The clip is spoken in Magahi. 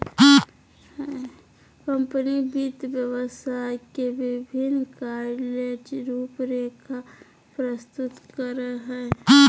कंपनी वित्त व्यवसाय के विभिन्न कार्य ले रूपरेखा प्रस्तुत करय हइ